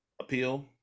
appeal